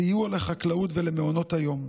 סיוע לחקלאות ולמעונות היום,